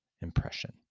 impression